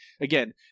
again